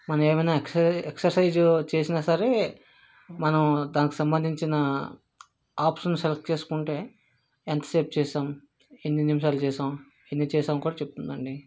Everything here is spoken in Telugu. మనం ఏమన్నా ఎక్స ఎక్ససైజ్ చేసినా సరే మనం దానికి సంబంధించిన ఆప్షన్ సెలెక్ట్ చేసుకుంటే ఎంతసేపు చేసాం ఎన్ని నిముషాలు చేసాం ఎన్ని చేసాం కూడా చెప్తుంది అండి